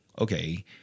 okay